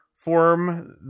Form